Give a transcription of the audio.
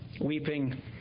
weeping